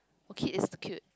oh Kate is so cute